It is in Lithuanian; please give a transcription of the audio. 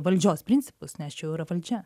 valdžios principus nes čia jau yra valdžia